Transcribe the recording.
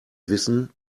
wissen